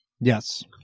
yes